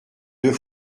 deux